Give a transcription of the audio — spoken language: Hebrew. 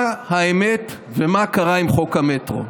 מה האמת ומה קרה עם חוק המטרו?